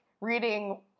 reading